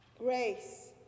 Grace